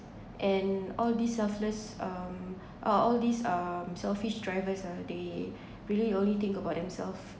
and all this selfless um uh all these um selfish drivers ah they really only think about themselves